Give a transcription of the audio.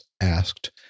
asked